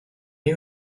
you